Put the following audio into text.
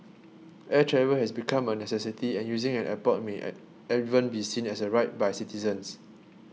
air travel has become a necessity and using an airport may even be seen as a right by citizens